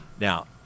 Now